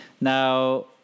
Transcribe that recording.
now